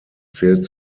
zählt